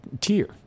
tier